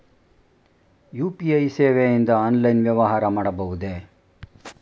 UPI ಸೇವೆಯಿಂದ online ವ್ಯವಹಾರ ಮಾಡಬಹುದೇ?